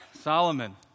Solomon